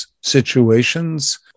situations